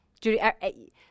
Judy